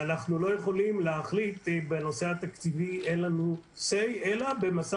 אנחנו לא יכולים להחליט בנושא התקציבי אלא במשא